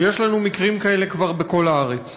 ויש לנו מקרים כאלה כבר בכל הארץ,